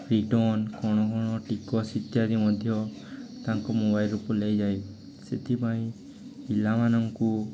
return କ'ଣ କ'ଣ ଟିକସ ଇତ୍ୟାଦି ମଧ୍ୟ ତାଙ୍କ ମୋବାଇଲରୁ ନେଇଯାଏ ସେଥିପାଇଁ ପିଲାମାନଙ୍କୁ